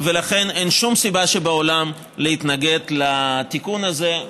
ולכן אין שום סיבה שבעולם להתנגד לתיקון הזה.